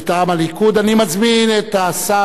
אני מזמין את השר גלעד ארדן